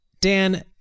Dan